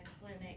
clinic